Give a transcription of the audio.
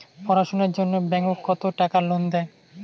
পড়াশুনার জন্যে ব্যাংক কত টাকা লোন দেয়?